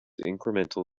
incremental